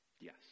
Yes